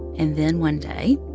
and then one day,